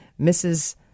Mrs